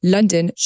London